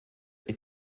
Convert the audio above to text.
est